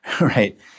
right